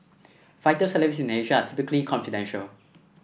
fighter salaries in Asia are typically confidential